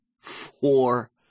four